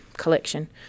collection